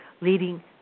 leading